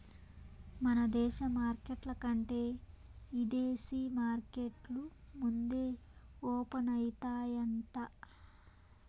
మన దేశ మార్కెట్ల కంటే ఇదేశీ మార్కెట్లు ముందే ఓపనయితాయంట